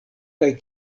kaj